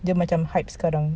dia macam hype sekarang